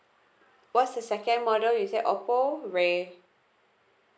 what's the second model is that oppo re~